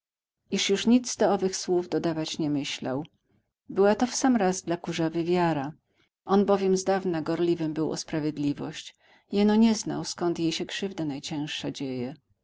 iż już nic do owych słów dodawać nie myślał była to w sam raz dla kurzawy wiara on bowiem zdawna gorliwym był o sprawiedliwość jeno nie znał skąd jej się krzywda najciężliwsza dzieje